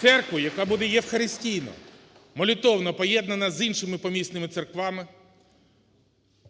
Церкву, яка буде євхаристійно, молитовно поєднана з іншими помісними церквами,